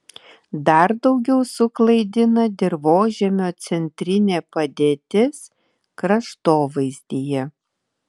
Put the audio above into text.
dar daugiau suklaidina dirvožemio centrinė padėtis kraštovaizdyje